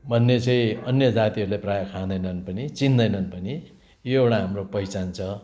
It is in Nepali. भन्ने चाहिँ अन्य जातिहरूले प्रायः खाँदैनन् पनि चिन्दैनन् पनि यो एउटा हाम्रो पहिचान छ